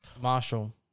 Marshall